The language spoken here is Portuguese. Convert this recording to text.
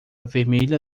vermelha